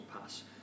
pass